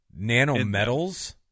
Nanometals